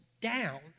down